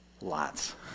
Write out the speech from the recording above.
Lots